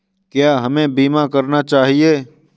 क्या हमें बीमा करना चाहिए?